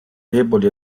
deboli